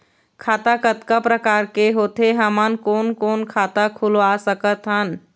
खाता कतका प्रकार के होथे अऊ हमन कोन कोन खाता खुलवा सकत हन?